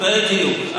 בדיוק.